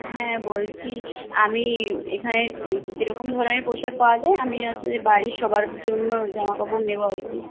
হ্যাঁ বলছি আমি এখানে কি রকম ধরণের পোশাক পাওয়া যায় আমি আসলে বাড়ির সবার জন্য জামা কাপড় নেবো আর কি